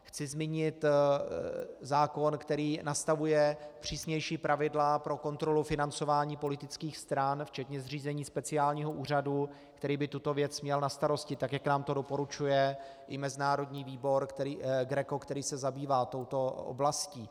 Chci zmínit zákon, který nastavuje přísnější pravidla pro kontrolu financování politických stran včetně zřízení speciálního úřadu, který by tuto věc měl na starosti, tak jak nám to doporučuje i mezinárodní výbor GRECO, který se zabývá touto oblastí.